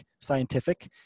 Scientific